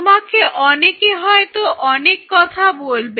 তোমাকে অনেকে হয়তো অনেক কথা বলবে